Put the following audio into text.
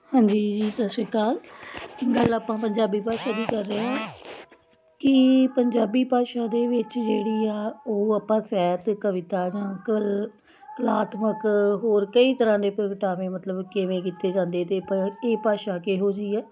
ਹਾਂਜੀ ਜੀ ਸਤਿ ਸ਼੍ਰੀ ਅਕਾਲ ਗੱਲ ਆਪਾਂ ਪੰਜਾਬੀ ਭਾਸ਼ਾ ਦੀ ਕਰ ਰਹੇ ਹਾਂ ਕਿ ਪੰਜਾਬੀ ਭਾਸ਼ਾ ਦੇ ਵਿੱਚ ਜਿਹੜੀ ਆ ਉਹ ਆਪਾਂ ਸਾਹਿਤ ਕਵਿਤਾ ਜਾਂ ਕਲ ਕਲਾਤਮਕ ਹੋਰ ਕਈ ਤਰ੍ਹਾਂ ਦੇ ਪ੍ਰਗਟਾਵੇ ਮਤਲਬ ਕਿਵੇਂ ਕੀਤੇ ਜਾਂਦੇ ਅਤੇ ਇਹ ਭ ਭਾਸ਼ਾ ਕਿਹੋ ਜਿਹੀ ਹੈ